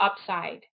upside